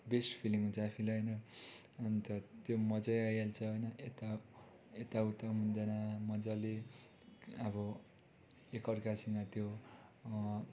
best feeling हुन्छ आफूलाई होइन अन्त त्यो मजै आइहाल्छ होइन यता यताउता हुँदैन मजाले अब एकअर्कासँग त्यो